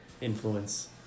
influence